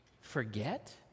forget